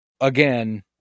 Again